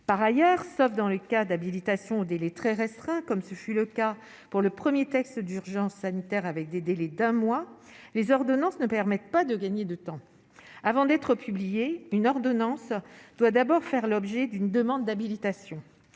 par ailleurs, sauf dans le cas d'habilitation des très restera comme ce fut le cas pour le 1er texte d'urgence sanitaire, avec des délais d'un mois, les ordonnances ne permettent pas de gagner du temps avant d'être publié une ordonnance doit d'abord faire l'objet d'une demande d'habilitation,